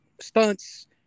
stunts